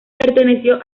perteneció